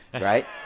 Right